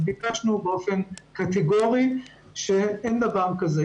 אז ביקשנו קטגורית שאין דבר כזה.